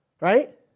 Right